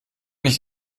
nicht